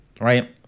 right